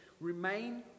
remain